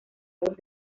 voz